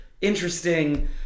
interesting